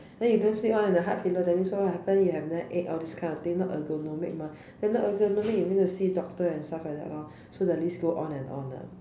then you don't sleep [one] in a hard pillow that means what will happen you have night ache all this kind of thing not ergonomic mah then not ergonomic you go see doctor and stuff like that lor so the list go on and on lah